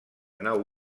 nau